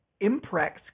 imprex